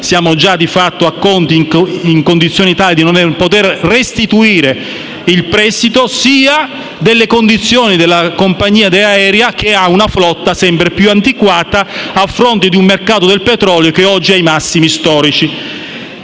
emersi - di fatto, i conti sono già in condizioni tali da non poter restituire il prestito - sia per le condizioni della compagnia aerea, che ha una flotta sempre più antiquata, a fronte di un mercato del petrolio che oggi è ai massimi storici.